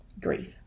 grief